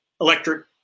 electric